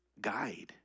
guide